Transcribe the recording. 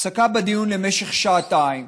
הפסקה בדיון למשך שעתיים,